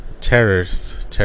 Terrors